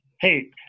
Hey